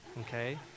okay